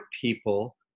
people